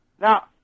Now